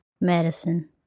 Medicine